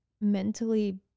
mentally